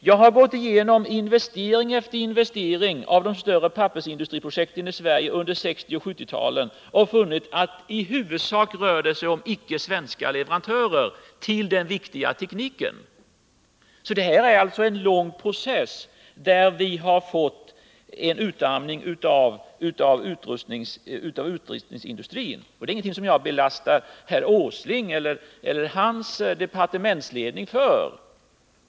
Jag har gått igenom investering efter investering i de större pappersindustriprojekten i Sverige under 1960 och 1970-talen och funnit, att det i huvudsak rör sig om icke svenska leverantörer till den viktiga tekniken. Det är alltså fråga om en lång process som inneburit en utarmning av utrustningsindustrin. Detta är inte något som jag lastar herr Åsling och hans departementsledning för.